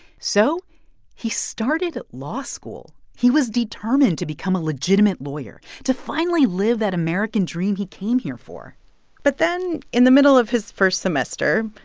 so he started law school. he was determined to become a legitimate lawyer, to finally live that american dream he came here for but then, in the middle of his first semester,